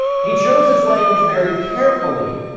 he chose his language very carefully.